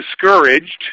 discouraged